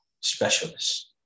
specialists